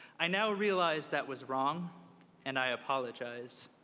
i now realize that was wrong and i apologize.